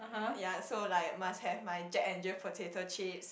yea so like must have my Jack and Jill potato chips